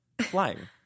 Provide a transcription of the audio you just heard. flying